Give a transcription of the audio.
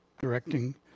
directing